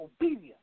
obedience